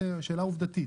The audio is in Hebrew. שאלה עובדתית.